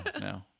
no